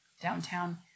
downtown